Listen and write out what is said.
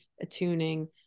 attuning